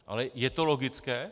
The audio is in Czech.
Ale je to logické?